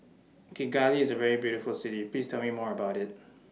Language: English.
Kigali IS A very beautiful City Please Tell Me More about IT